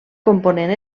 component